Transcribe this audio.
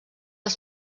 els